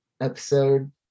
episode